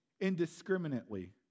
indiscriminately